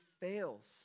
fails